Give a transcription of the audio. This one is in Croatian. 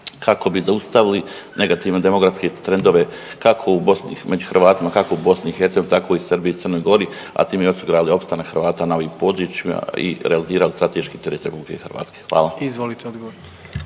kako bi zaustavili negativne demografske trendove kako u Bosni, među Hrvatima, kako u BiH, tako i Srbiji i Crnoj Gori, a time i osigurali opstanak Hrvata na ovim područjima i realizirali strateške .../Govornik se ne razumije./...